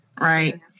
right